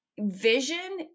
vision